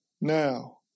now